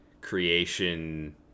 creation